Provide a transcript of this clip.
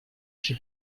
she